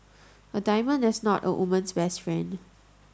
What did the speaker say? a diamond is not a woman's best friend